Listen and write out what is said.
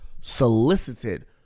solicited